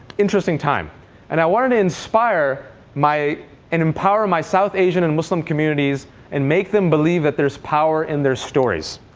interesting time. and i wanted to inspire and empower my south asian and muslim communities and make them believe that there's power in their stories.